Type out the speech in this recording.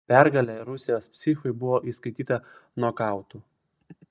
pergalė rusijos psichui buvo įskaityta nokautu